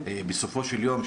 בסופו של יום,